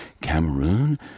Cameroon